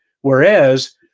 whereas